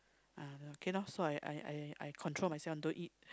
ah then okay loh so I I I I control myself don't eat